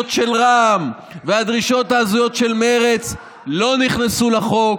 של רע"מ והדרישות ההזויות של מרצ לא נכנסו לחוק.